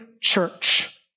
church